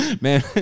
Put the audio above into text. man